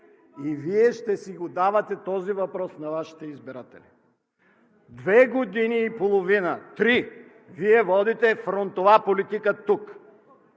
и Вие ще си го давате този отговор на Вашите избиратели. Две години и половина-три Вие водите фронтова политика тук,